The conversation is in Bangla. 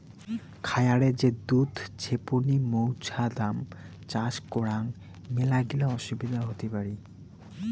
খায়ারে যে দুধ ছেপনি মৌছুদাম চাষ করাং মেলাগিলা অসুবিধা হতি পারি